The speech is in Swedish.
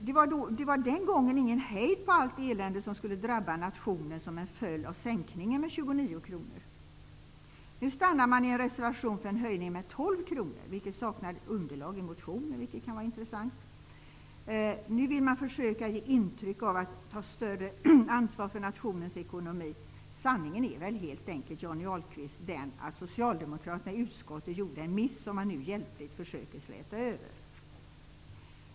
Det var den gången ingen hejd på allt elände som skulle drabba nationen som en följd av sänkningen med 29 kr. Nu stannar man i en reservation för en höjning med 12 kr, vilket saknar underlag i motionen, och det kan ju vara intressant. Nu vill man försöka ge intryck av att ta större ansvar för nationens ekonomi. Sanningen är väl helt enkelt, Johnny Ahlqvist, att socialdemokraterna i utskottet gjorde en miss som man nu hjälpligt försöker släta över.